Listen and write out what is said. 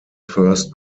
first